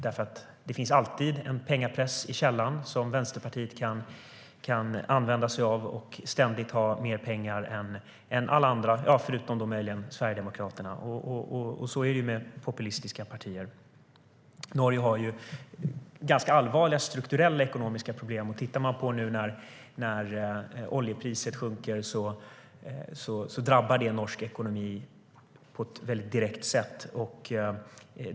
Det finns alltid en pengapress i källaren som Vänsterpartiet kan använda sig av och ständigt ha mer pengar än alla andra, förutom då möjligen Sverigedemokraterna. Så är det med populistiska partier. Norge har ganska allvarliga strukturella ekonomiska problem. När nu oljepriset sjunker drabbar det norsk ekonomi på ett väldigt direkt sätt.